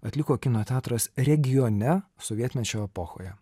atliko kino teatras regione sovietmečio epochoje